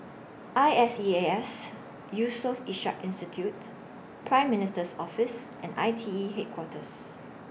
I S E A S Yusof Ishak Institute Prime Minister's Office and I T E Headquarters